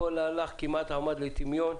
הכול כמעט ירד לטמיון.